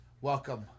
Welcome